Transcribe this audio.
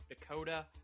Dakota